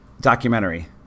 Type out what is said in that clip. documentary